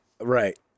Right